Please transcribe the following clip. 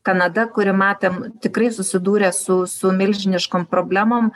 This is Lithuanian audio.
kanada kuri matėm tikrai susidūrė su su milžiniškom problemom